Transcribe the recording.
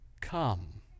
come